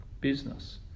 business